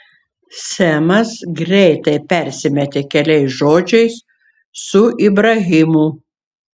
semas greitai persimetė keliais žodžiais su ibrahimu